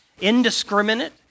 indiscriminate